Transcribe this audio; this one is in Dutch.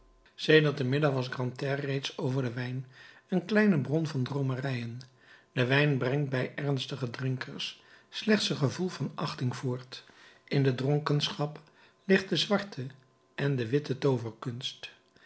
sedert den middag was grantaire reeds over den wijn een kleine bron van droomerijen de wijn brengt bij ernstige drinkers slechts een gevoel van achting voort in de dronkenschap ligt de zwarte en de witte